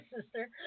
sister